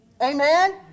Amen